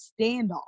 standoff